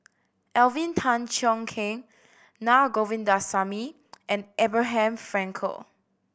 Alvin Tan Cheong Kheng Naa Govindasamy and Abraham Frankel